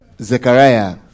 Zechariah